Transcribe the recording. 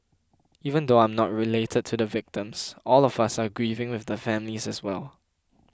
even though I am not related to the victims all of us are grieving with the families as well